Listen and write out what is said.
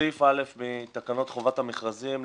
סעיף (א) מתקנות חובת המכרזים,